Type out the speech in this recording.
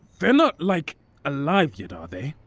they're not like alive yet, are they?